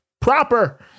proper